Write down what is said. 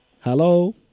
Hello